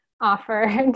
offered